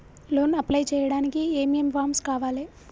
Loan apply చేయడానికి ఏం ఏం ఫామ్స్ కావాలే?